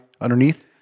underneath